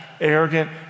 arrogant